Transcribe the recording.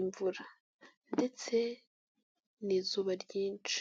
imvura. Ndetse n'izuba ryinshi.